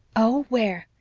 oh, where?